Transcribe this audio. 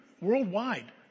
Worldwide